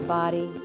body